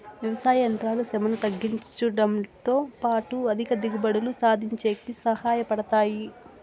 వ్యవసాయ యంత్రాలు శ్రమను తగ్గించుడంతో పాటు అధిక దిగుబడులు సాధించేకి సహాయ పడతాయి